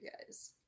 guys